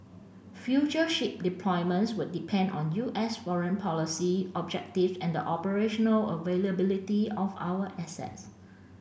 future ship deployments would depend on U S foreign policy objectives and the operational availability of our assets